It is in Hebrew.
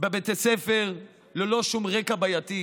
בבתי הספר ללא שום רקע בעייתי,